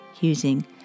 using